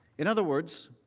in other words,